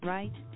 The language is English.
Right